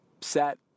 set